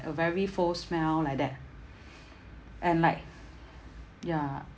a very foul smell like that and like ya